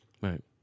Right